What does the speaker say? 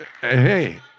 Hey